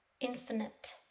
infinite